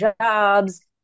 jobs